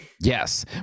Yes